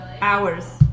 hours